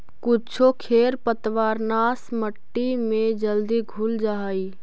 कुछो खेर पतवारनाश मट्टी में जल्दी घुल जा हई